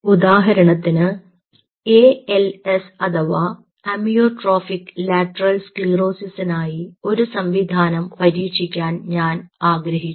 ഉദാഹരണത്തിന് A L S അഥവാ amyotrophic lateral സ്ക്ലിറോസിസിനായി ഒരു സംവിധാനം പരീക്ഷിക്കാൻ ഞാൻ ആഗ്രഹിച്ചു